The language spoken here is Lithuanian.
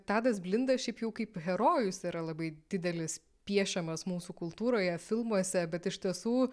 tadas blinda šiaip jau kaip herojus yra labai didelis piešiamas mūsų kultūroje filmuose bet iš tiesų